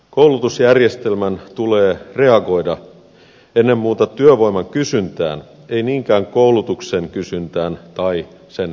koulutusjärjestelmän tulee reagoida ennen muuta työvoiman kysyntään ei niinkään koulutuksen kysyntään tai sen vetovoimaan